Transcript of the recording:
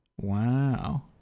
Wow